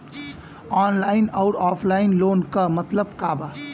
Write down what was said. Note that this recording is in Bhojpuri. ऑनलाइन अउर ऑफलाइन लोन क मतलब का बा?